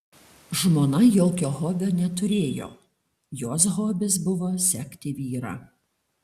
žmona jokio hobio neturėjo jos hobis buvo sekti vyrą